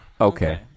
Okay